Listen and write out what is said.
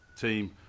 team